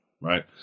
Right